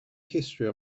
history